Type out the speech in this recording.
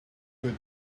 could